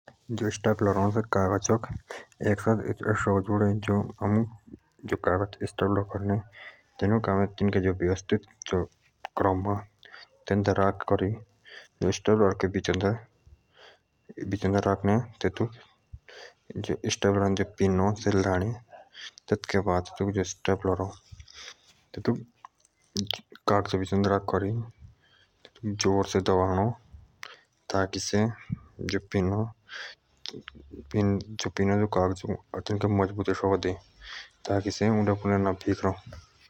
स्टेपलर काग़च एसो सको जोड़े थिनोक व्यवस्थित समूह मुझाअ पड़ो राखने ठेठूके बाद स्टेपलर के बीच दे राखे करी थेतुक जोर से दबाए करी पिन थेतुक लॉक शकों करें सही से पिन कागजोक सही से मजबूती शकों बैठी।